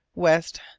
west,